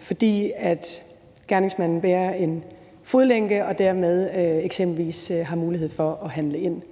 fordi gerningsmanden bærer en fodlænke og dermed eksempelvis har mulighed for at handle ind.